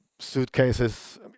suitcases